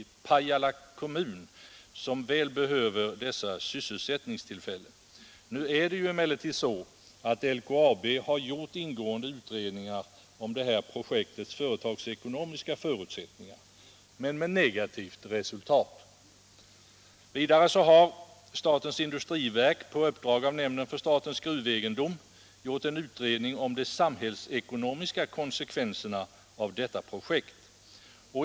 Pajala kommun behöver väl dessa sysselsättningstillfällen. LKAB har emellertid gjort ingående utredningar om det här projektets företagsekonomiska förutsättningar och med negativt resultat. Vidare har statens industriverk på uppdrag av nämnden för statens gruvegendom gjort en utredning om de samhällsekonomiska konsekvenserna av detta projekt.